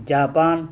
Japan